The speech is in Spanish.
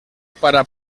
para